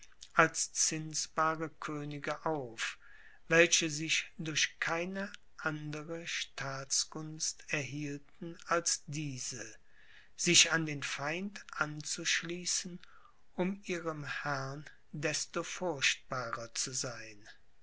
als zinsbare könige auf welche sich durch keine andere staatskunst erhielten als diese sich an den feind anzuschließen um ihrem herrn desto furchtbarer zu sein